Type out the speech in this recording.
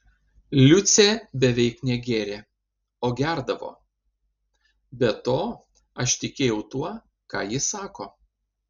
liucė beveik negėrė o gerdavo be to aš tikėjau tuo ką ji sako